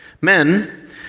Men